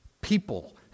people